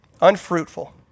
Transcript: unfruitful